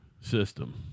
system